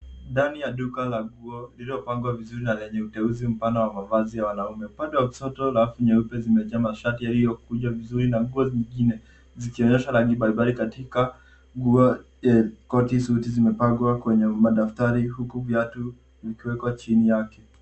Ndani ya duka la nguo lililopangwa vizuri na lenye uteuzi mpana wa mavazi ya wanaume. Upande wa kushoto rafu nyeupe zimejaa mashati yaliyokunjwa vizuri na nguo zingine zikionyesha rangi mbalimbali .Katika nguo, koti, suti zimepangwa kwenye madaftari huku viatu vikiwekwa chini yake.